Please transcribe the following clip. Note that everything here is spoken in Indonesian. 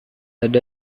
ada